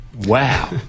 Wow